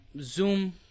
zoom